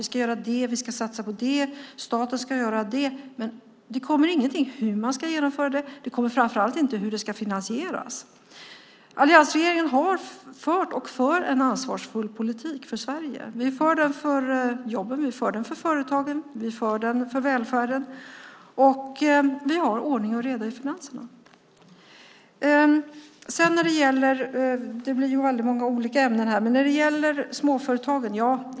Ni ska göra det och det, satsa på det och det och staten ska göra det och det, men det kommer inget om hur ni ska genomföra det och framför allt inget om hur det ska finansieras. Alliansregeringen har fört och för en ansvarsfull politik för Sverige. Vi för den för jobben, för företagen och för välfärden. Vi har ordning och reda i finanserna.